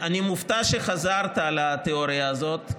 אני מופתע שחזרת על התאוריה הזאת.